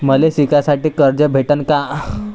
मले शिकासाठी कर्ज भेटन का?